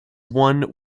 won